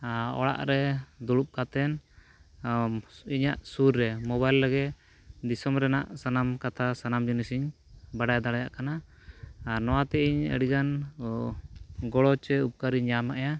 ᱚᱲᱟᱜ ᱨᱮ ᱫᱩᱲᱩᱵ ᱠᱟᱛᱮᱫ ᱤᱧᱟᱹᱜ ᱥᱩᱨ ᱨᱮ ᱢᱳᱵᱟᱭᱤᱞ ᱨᱮᱜᱮ ᱫᱤᱥᱚᱢ ᱨᱮᱱᱟᱜ ᱥᱟᱱᱟᱢ ᱠᱟᱛᱷᱟ ᱥᱟᱱᱟᱢ ᱡᱤᱱᱤᱥᱤᱧ ᱵᱟᱰᱟᱭ ᱫᱟᱲᱮᱭᱟᱜ ᱠᱟᱱᱟ ᱟᱨ ᱱᱚᱣᱟᱛᱮ ᱤᱧ ᱟᱹᱰᱤᱜᱟᱱ ᱜᱚᱲᱚ ᱪᱮ ᱩᱯᱠᱟᱹᱨᱮᱧ ᱧᱟᱢᱮᱜᱼᱟ